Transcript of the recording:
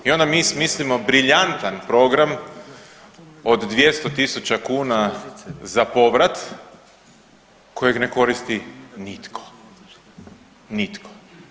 I onda mi smislimo briljantan program od 200 000 kuna za povrat kojeg ne koristi nitko, nitko.